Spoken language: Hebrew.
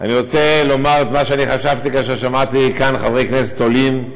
אני רוצה לומר מה שחשבתי כאשר שמעתי כאן חברי כנסת עולים: